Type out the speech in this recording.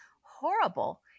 horrible